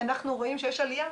אנחנו רואים שיש עלייה,